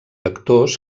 actors